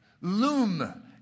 loom